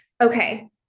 Okay